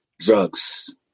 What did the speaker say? drugs